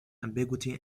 ambiguity